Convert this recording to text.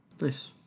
Nice